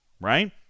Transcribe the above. right